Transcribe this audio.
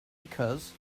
because